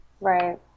Right